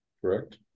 correct